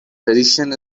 tradition